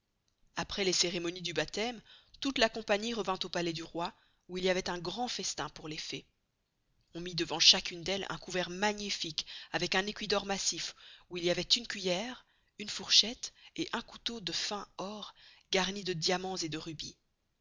aprés les ceremonies du baptesme toute la compagnie revint au palais du roi où il y avoit un grand festin pour les fées on mit devant chacune d'elles un couvert magnifique avec un estui d'or massif où il y avoit une cuillier une fourchette et un couteau de fin or garnis de diamans et de rubis